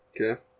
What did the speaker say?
Okay